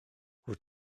wyt